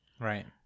Right